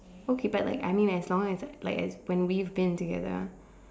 okay but like I mean as long as I like as we've been together